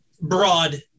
broad